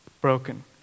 Broken